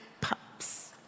pups